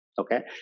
okay